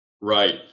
Right